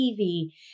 TV